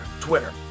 Twitter